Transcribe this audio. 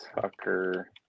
Tucker